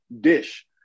dish